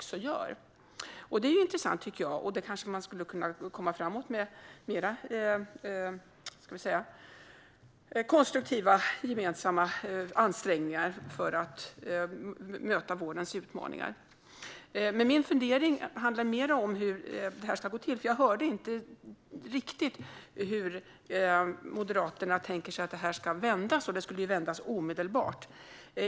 Jag tycker att det är intressant; man kanske skulle kunna komma framåt med konstruktiva, gemensamma ansträngningar för att möta vårdens utmaningar. Min fundering handlar dock om hur detta ska gå till, för jag hörde inte riktigt hur Moderaterna tänker sig att detta ska vändas utan bara att det ska vändas omedelbart.